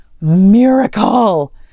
miracle